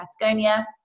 patagonia